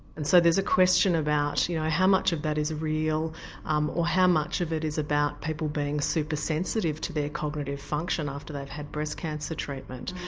and so there's a question about you know how much of that is real um or how much of it is about people being super-sensitive to their cognitive function after they've had breast cancer treatment.